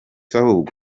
kanda